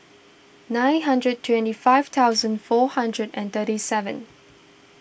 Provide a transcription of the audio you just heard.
nine hundred twenty five thousand four hundred and thirty seven